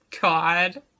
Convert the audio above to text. God